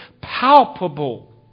palpable